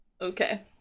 Okay